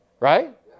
Right